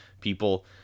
people